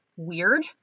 weird